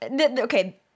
okay